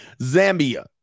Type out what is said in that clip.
Zambia